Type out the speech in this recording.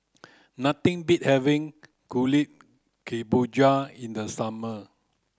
nothing beat having kuih kemboja in the summer